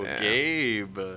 Gabe